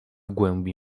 głębi